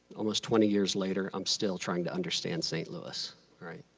almost twenty years later, i'm still trying to understand st. louis. all right?